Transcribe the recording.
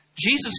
Jesus